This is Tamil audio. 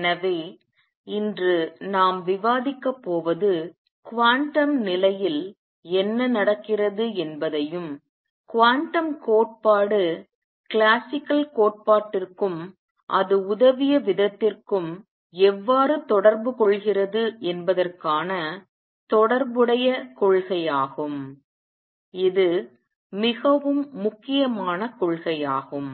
எனவே இன்று நாம் விவாதிக்கப் போவது குவாண்டம் நிலையில் என்ன நடக்கிறது என்பதையும் குவாண்டம் கோட்பாடு கிளாசிக்கல் கோட்பாட்டிற்கும் அது உதவிய விதத்திற்கும் எவ்வாறு தொடர்பு கொள்கிறது என்பதற்கான தொடர்புடையக் கொள்கையாகும் இது மிகவும் முக்கியமான கொள்கையாகும்